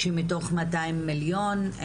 מתוך 200 מיליון,